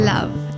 Love